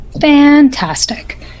Fantastic